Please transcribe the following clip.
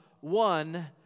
one